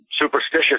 superstitious